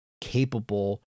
capable